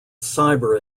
cyber